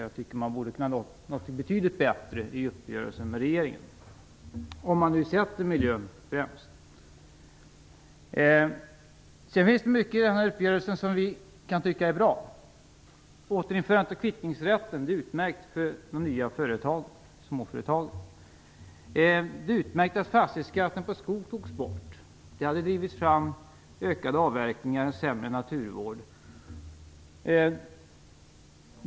Jag tycker att man borde ha kunnat uppnått något betydligt bättre i uppgörelsen med regeringen, om man nu sätter miljön främst. Det finns mycket i uppgörelsen som vi kan tycka är bra. Återinförandet av kvittningsrätt är utmärkt för nya företag, småföretag. Det är utmärkt att fastighetsskatten på skog togs bort. Det hade drivit fram ökade avverkningar och sämre naturvård.